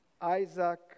Isaac